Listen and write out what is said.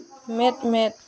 ᱢᱮᱫ ᱢᱮᱫ